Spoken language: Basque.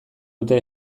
dute